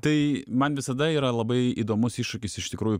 tai man visada yra labai įdomus iššūkis iš tikrųjų